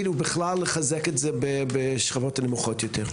ובכלל לחזק את זה בשכבות הנמוכות יותר?